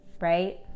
right